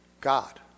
God